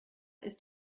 ist